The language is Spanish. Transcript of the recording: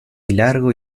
largo